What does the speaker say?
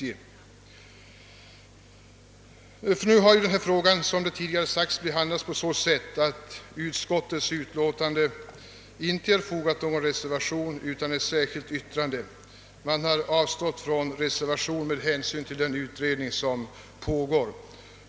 Som tidigare framhållits har vid denna frågas behandling inte fogats någon reservation till utskottets utlåtande utan endast avgivits ett särskilt yttrande. Man har avstått från reservationer med hänsyn till den pågående utredningen.